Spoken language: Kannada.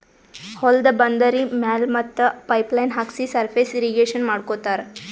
ಹೊಲ್ದ ಬಂದರಿ ಮ್ಯಾಲ್ ಮತ್ತ್ ಪೈಪ್ ಲೈನ್ ಹಾಕ್ಸಿ ಸರ್ಫೇಸ್ ಇರ್ರೀಗೇಷನ್ ಮಾಡ್ಕೋತ್ತಾರ್